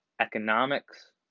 economics